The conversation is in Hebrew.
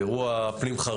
זה אירוע פנים-חרדי.